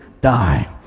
die